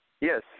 Yes